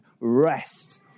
rest